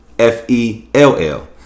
F-E-L-L